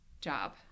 job